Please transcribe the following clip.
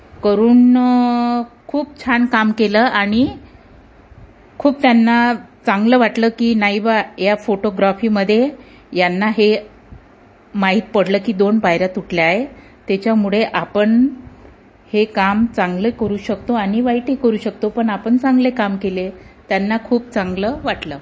करून खूप छान काम केलं आणि खूप त्यांना चांगलं वाटलं की नाही बा या फोटोग्राफीमध्ये यांना हे माहीत पडलं की दोन पायऱ्या तुटल्या आहे त्याच्यामुळे आपण हे काम चांगलं करू शकतो आणि वाईटही करू शकतो पण आपण चांगले काम केले त्यांना खूप चांगलं वाटलं